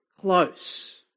close